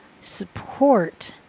support